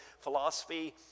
philosophy